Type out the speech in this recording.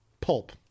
Pulp